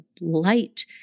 light